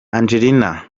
angelina